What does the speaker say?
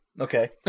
Okay